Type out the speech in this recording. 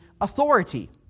authority